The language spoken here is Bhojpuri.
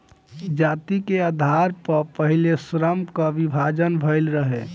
जाति के आधार पअ पहिले श्रम कअ विभाजन भइल रहे